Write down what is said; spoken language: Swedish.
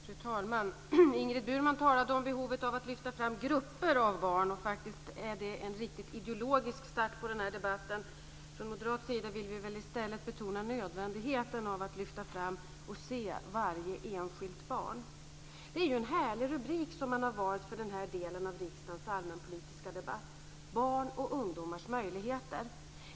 Fru talman! Ingrid Burman talade om behovet av att lyfta fram grupper av barn. Det är faktiskt en riktigt ideologisk start på den här debatten. Från moderat sida vill vi i stället betona nödvändigheten av att lyfta fram och se varje enskilt barn. Det är en härlig rubrik som man har valt för den här delen av riksdagens allmänpolitiska debatt, "Barns och ungdomars möjligheter".